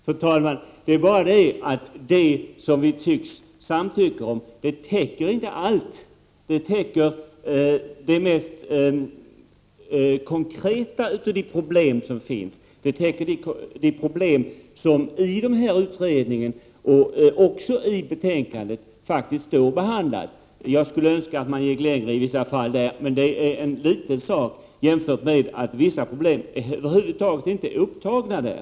Fru talman! Det är bara det att det som vi tycks samtycka om inte täcker allt. Det täcker de mest konkreta av de problem som finns, de problem som behandlas i utredningen och i betänkandet. Jag skulle önska att man gick längre i vissa fall, men det är en liten sak jämfört med att vissa problem över huvud taget inte upptas där.